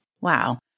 Wow